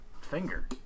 finger